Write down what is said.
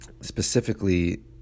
specifically